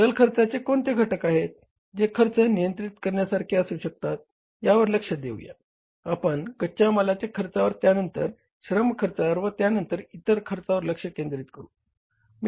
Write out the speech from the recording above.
चल खर्चाचे कोणते घटक आहेत जे खर्च नियंत्रित करण्यासारखे असू शकतात यावर लक्ष देऊया आपण कच्या मालाच्या खर्चावर त्यांनतर श्रम खर्चावर व त्यांनतर इतर खर्चावर लक्ष केंद्रित करू